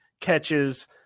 catches